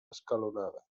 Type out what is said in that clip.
escalonada